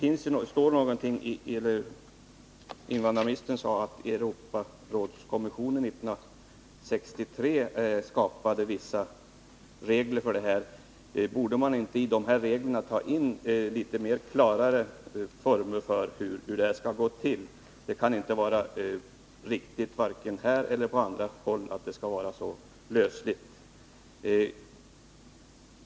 Invandrarministern sade att det i Europarådskonventionen 1963 skapades vissa regler för detta. Varför kan man inte i dessa regler ta in mer klara former för hur detta skall gå till? Det kan inte vara riktigt, varken här eller på annat håll, att ha så lösliga regler.